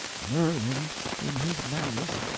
merlin in his malice,